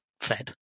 fed